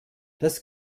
das